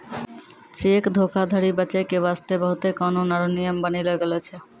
cheque धोखाधरी बचै के बास्ते बहुते कानून आरु नियम बनैलो गेलो छै